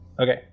Okay